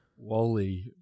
Wally